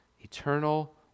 Eternal